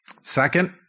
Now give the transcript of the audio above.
Second